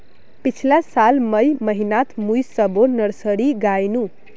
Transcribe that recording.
पिछला साल मई महीनातमुई सबोर नर्सरी गायेनू